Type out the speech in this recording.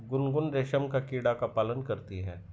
गुनगुन रेशम का कीड़ा का पालन करती है